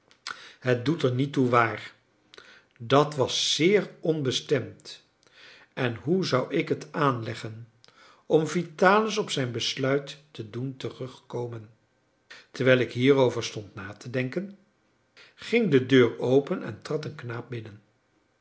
het doet er niet toe waar dat was zeer onbestemd en hoe zou ik het aanleggen om vitalis op zijn besluit te doen terugkomen terwijl ik hierover stond na te denken ging de deur open en trad een knaap binnen